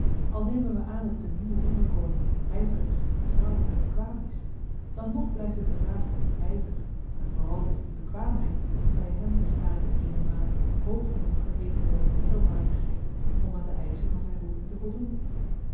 al nemen wy aan dat de nieuwe onderkoning yverig trouw en bekwaam is dan nog blyft het de vraag of die yver en vooral of die bekwaamheid by hem bestaat in eene maat hoog genoeg verheven boven middelmatigheid om aan de eischen van zyn roeping te voldoen